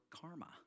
karma